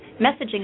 messaging